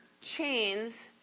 chains